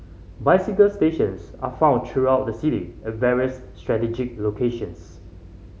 bicycle stations are found throughout the city at various strategic locations